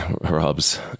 robs